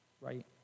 right